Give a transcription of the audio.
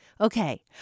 Okay